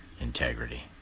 integrity